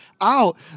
out